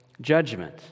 judgment